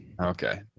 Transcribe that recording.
Okay